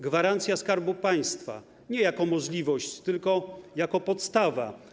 Gwarancja Skarbu Państwa nie jako możliwość, tylko jako podstawa.